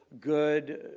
good